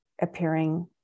appearing